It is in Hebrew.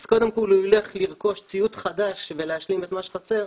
אז קודם כל הוא ילך לרכוש ציוד חדש ולהשלים את מה שחסר,